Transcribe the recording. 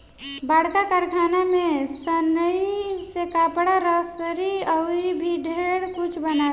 बड़का कारखाना में सनइ से कपड़ा, रसरी अउर भी ढेरे कुछ बनावेला